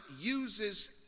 uses